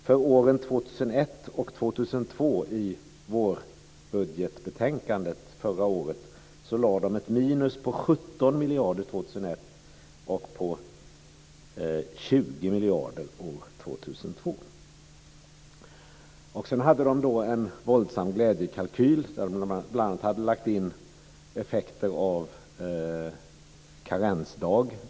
För åren 2001 och 2002 lade de i vårbudgetbetänkandet förra året ett minus på 17 miljarder år 2001 och på 20 miljarder år 2002. De hade en våldsam glädjekalkyl, där de bl.a. hade lagt in effekter av en karensdag.